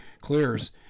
clears